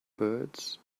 birds